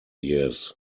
years